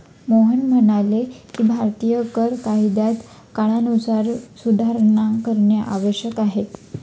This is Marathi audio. मोहन म्हणाले की भारतीय कर कायद्यात काळानुरूप सुधारणा करणे आवश्यक आहे